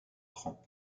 prend